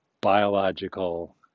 biological